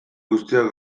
guztiak